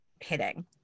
hitting